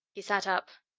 he sat up.